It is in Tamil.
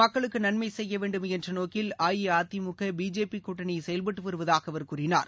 மக்களுக்கு நன்மை செய்ய வேண்டும் என்ற நோக்கில் அஇஅதிமுக பிஜேபி கூட்டணி செயல்பட்டு வருவதாக அவர் கூறினார்